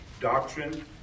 doctrine